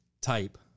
type